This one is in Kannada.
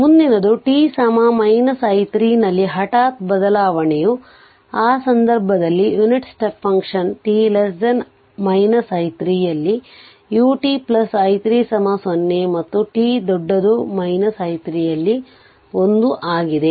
ಆದ್ದರಿಂದ ಮುಂದಿನದು t i 3ನಲ್ಲಿನ ಹಠಾತ್ ಬದಲಾವಣೆಯು ಆ ಸಂದರ್ಭದಲ್ಲಿ unit step function t i 3 ರಲ್ಲಿ u t i 3 0 ಮತ್ತು t i 3 ರಲ್ಲಿ 1 ಆಗಿದೆ